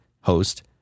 host